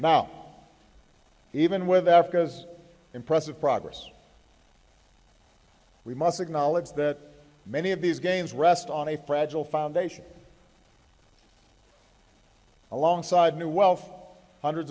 now even with africa's impressive progress we must acknowledge that many of these gains rest on a fragile foundation alongside new wealth of hundreds